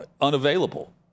unavailable